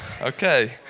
Okay